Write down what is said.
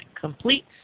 completes